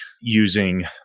using